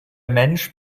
mensch